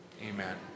Amen